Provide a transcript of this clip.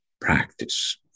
practice